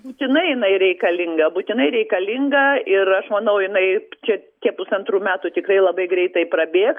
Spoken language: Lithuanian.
būtinai jinai reikalinga būtinai reikalinga ir aš manau jinai čia tie pusantrų metų tikrai labai greitai prabėgs